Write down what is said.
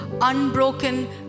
unbroken